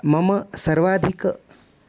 मम सर्वाधिकं